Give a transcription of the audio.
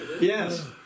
Yes